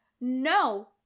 No